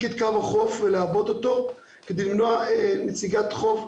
את קו החוף ולעבות אותו כדי למנוע נסיגת חוף,